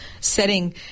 setting